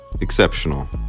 exceptional